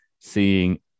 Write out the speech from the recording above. seeing